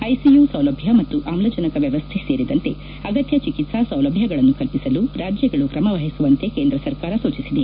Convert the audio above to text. ICU ಸೌಲಭ್ಯ ಮತ್ತು ಆಮ್ಲಜನಕ ವ್ಯವಸ್ಥೆ ಸೇರಿದಂತೆ ಅಗತ್ಯ ಚಿಕಿತ್ಲಾ ಸೌಲಭ್ಯಗಳನ್ನು ಕಲ್ಪಿಸಲು ರಾಜ್ಯಗಳು ಕ್ರಮ ವಹಿಸುವಂತೆ ಕೇಂದ್ರ ಸರ್ಕಾರ ಸೂಚಿಸಿದೆ